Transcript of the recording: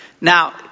Now